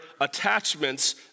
attachments